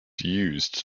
used